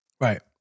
Right